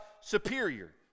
superior